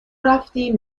رفتیم